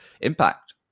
impact